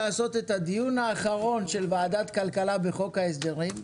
לקיים את הדיון האחרון של ועדת הכלכלה בחוק ההסדרים.